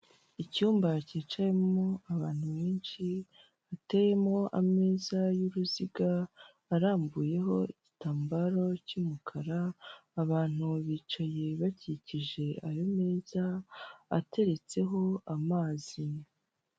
Aha ndahabona ibintu bigiye bitandukanye aho ndimo kubona abantu bagiye batandukanye, imodoka ndetse ndikubona moto zigiye zitandukanye, kandi nkaba ndimo ndabona na rifani zigiye zitandukanye, ndetse kandi nkaba ndimo kuhabona n'umuhanda wa kaburimbo.